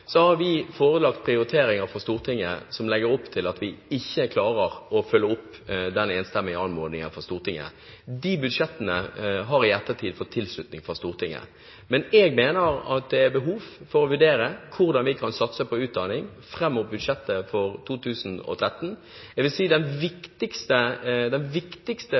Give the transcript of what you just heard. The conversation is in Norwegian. forelagt prioriteringer for Stortinget som legger opp til at vi ikke klarer å følge opp den enstemmige anmodningen fra Stortinget. De budsjettene har i ettertid fått tilslutning fra Stortinget. Men jeg mener at det er behov for å vurdere hvordan vi kan satse på utdanning fram mot budsjettet for 2013. Jeg vil si at den viktigste